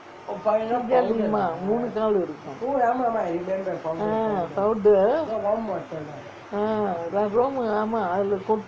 lima மூணு காலு இருக்கும்:moonu kaalu irukkum ah powder ah ஆமா அது:aama athu